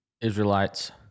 israelites